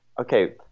okay